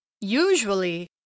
Usually